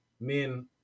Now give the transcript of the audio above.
men